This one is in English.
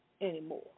anymore